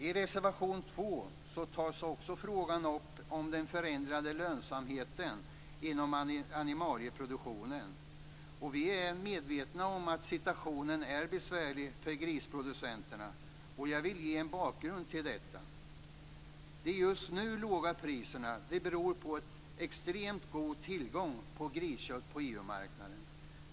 I reservation 2 tas också frågan upp om den förändrade lönsamheten inom animalieproduktionen. Vi är medvetna om att situationen är besvärlig för grisproducenterna, och jag vill ge en bakgrund till detta. De just nu låga priserna beror på en extremt god tillgång på griskött på EU-marknaden.